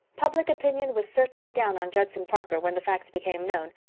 public opinion was certainly down on judson parker when the facts became known,